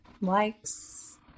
likes